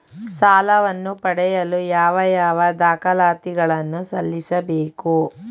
ಸಾಲವನ್ನು ಪಡೆಯಲು ಯಾವ ಯಾವ ದಾಖಲಾತಿ ಗಳನ್ನು ಸಲ್ಲಿಸಬೇಕು?